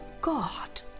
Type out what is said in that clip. God